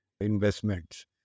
investments